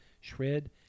shred